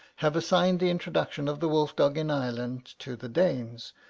have assigned the introduction of the wolf-dog in ireland to the danes,